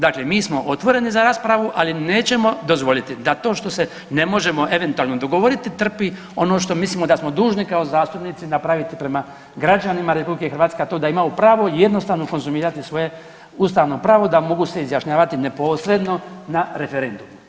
Dakle, mi smo otvoreni za raspravu ali nećemo dozvoliti da to što se ne možemo eventualno dogovoriti trpi ono što mislimo da smo dužni kao zastupnici napraviti prema građanima RH, a to je da imaju pravo jednostavno konzumirati svoje ustavno pravo da mogu se izjašnjavati neposredno na referendumu.